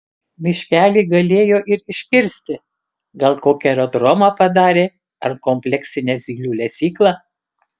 miškelį galėjo ir iškirsti gal kokį aerodromą padarė ar kompleksinę zylių lesyklą